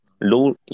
low